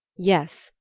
yes,